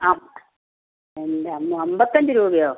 ആ എൻ്റമ്മോ അമ്പത്തഞ്ച് രൂപയോ